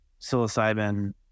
psilocybin